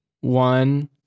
one